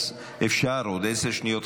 אז אפשר עוד עשר שניות,